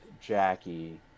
jackie